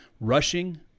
Rushing